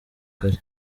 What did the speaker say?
kare